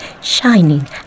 shining